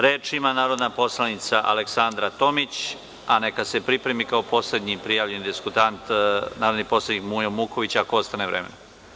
Reč ima narodna poslanica Aleksandara Tomić, a neka se pripremi kao poslednji prijavljeni diskutant, narodni poslanik Mujo Muković, ako ostane vremena.